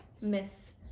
Miss